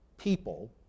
people